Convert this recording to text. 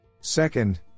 Second